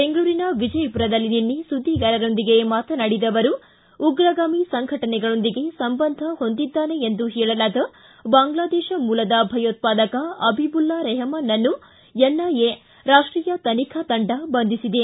ಬೆಂಗಳೂರಿನ ವಿಜಯಪುರದಲ್ಲಿ ನಿನ್ನೆ ಸುದ್ದಿಗಾರರೊಂದಿಗೆ ಮಾತನಾಡಿದ ಅವರು ಉಗ್ರಗಾಮಿ ಸಂಘಟನೆಗಳೊಂದಿಗೆ ಸಂಬಂಧ ಹೊಂದಿದ್ದಾನೆ ಎಂದು ಹೇಳಲಾದ ಬಾಂಗ್ಲಾದೇಶ ಮೂಲದ ಭಯೋತ್ವಾದಕ ಅಬಿಬುಲ್ಲಾ ರೆಹಮಾನ್ನನ್ನು ಎನ್ಐಎ ರಾಷ್ಷೀಯ ತನಿಖಾ ತಂಡ ಬಂಧಿಸಿದೆ